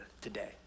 today